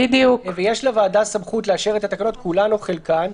יש לוועדה סמכות לאשר את התקנות כולן או חלקן,